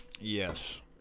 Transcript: Yes